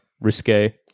risque